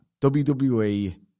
WWE